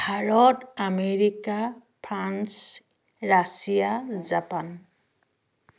Bharat America France Russia Japan